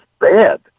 bad